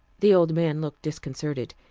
the old man looked disconcerted.